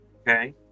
Okay